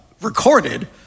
recorded